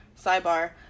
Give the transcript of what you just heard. sidebar